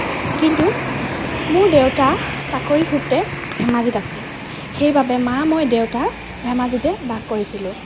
কিন্তু মোৰ দেউতা চাকৰি সূত্ৰে ধেমাজিত আছিল সেইবাবে মা মই দেউতা ধেমাজিতে বাস কৰিছিলোঁ